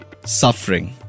suffering